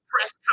press